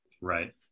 Right